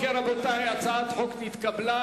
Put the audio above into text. אם כן, רבותי, הצעת חוק זו נתקבלה.